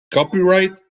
copyright